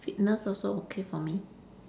fitness also okay for me